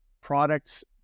products